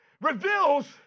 reveals